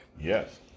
Yes